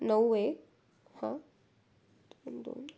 नऊ एक हां दोन दोन